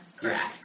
Correct